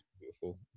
beautiful